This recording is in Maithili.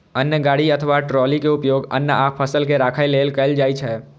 अन्न गाड़ी अथवा ट्रॉली के उपयोग अन्न आ फसल के राखै लेल कैल जाइ छै